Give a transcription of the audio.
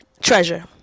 treasure